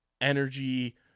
energy